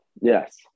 Yes